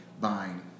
buying